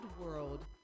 world